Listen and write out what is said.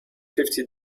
fifty